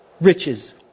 riches